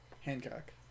Hancock